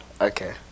Okay